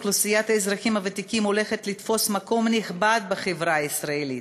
אוכלוסיית האזרחים הוותיקים הולכת לתפוס מקום נכבד בחברה הישראלית,